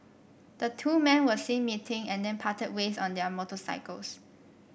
the two men were seen meeting and then parted ways on their motorcycles